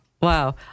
Wow